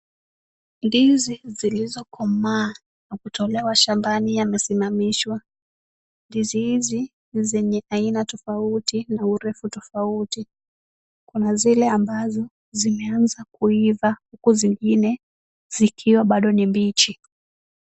Ndizi zilizokomaa na kutolewa shambani yamesimamishwa. Ndizi hizi ni zenye aina tofauti na urefu tofauti. Kuna zile ambazo zimeanza kuiva huku zingine zikiwa bado ni mbichi.